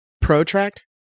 protract